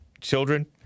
children